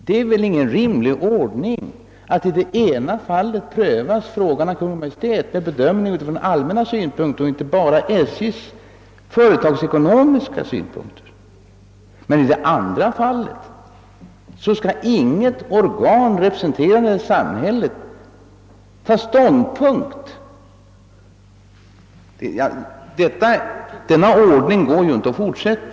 Det är väl ingen rimlig ordning, att det i ena fallet prövas frågan av Kungl. Maj:t med bedömning ur allmänna synpunkter och inte bara ur SJ:s företagsekonomiska synpunkter, medan i det andra fallet inget organ representerande samhället får ta ståndpunkt. Med denna ordning kan vi naturligtvis inte fortsätta.